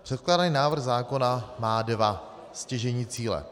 Překládaný návrh zákona má dva stěžejní cíle.